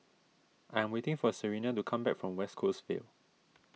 I am waiting for Serina to come back from West Coast Vale